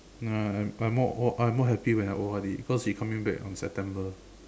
no no I'm I'm more I'm more happy when I O_R_D because she coming back on September